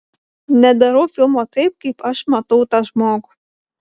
nedarau filmo taip kaip aš matau tą žmogų